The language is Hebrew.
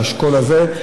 על השכול הזה.